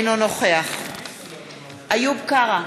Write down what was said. אינו נוכח איוב קרא,